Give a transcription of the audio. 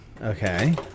Okay